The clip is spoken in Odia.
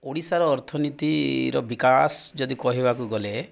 ଓଡ଼ିଶାର ଅର୍ଥନୀତିର ବିକାଶ ଯଦି କହିବାକୁ ଗଲେ